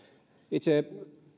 itse